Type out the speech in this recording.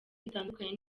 itandukanye